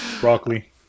broccoli